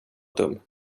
dum